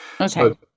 Okay